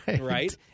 Right